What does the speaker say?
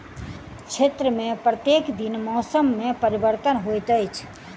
क्षेत्र में प्रत्येक दिन मौसम में परिवर्तन होइत अछि